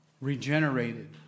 regenerated